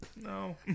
No